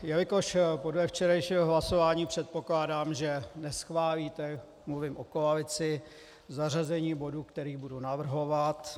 Jelikož podle včerejšího hlasování předpokládám, že neschválíte mluvím o koalici zařazení bodů, které budu navrhovat.